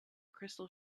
crystal